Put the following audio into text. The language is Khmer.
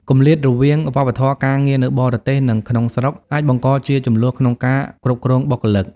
គម្លាតរវាងវប្បធម៌ការងារនៅបរទេស និងក្នុងស្រុក អាចបង្កជាជម្លោះក្នុងការគ្រប់គ្រងបុគ្គលិក។